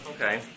Okay